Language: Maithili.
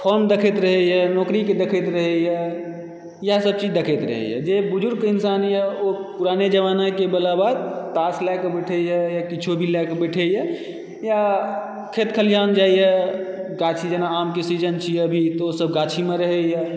फोन देखैत रहैए नौकरीके देखैत रहैए इएहसभ चीज देखैत रहैए जे बुजुर्ग इन्सानए ओ पुराने जमानेके बला बात ताश लएके बैठेए वा किछो भी लए कऽ बैठेए वा खेत खलिहान जाइए गाछी जेना आमके सीजन छी अभी तऽ ओसभ गाछीमे रहैए